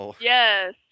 Yes